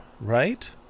right